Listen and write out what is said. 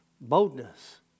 boldness